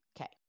Okay